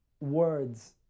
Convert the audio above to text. words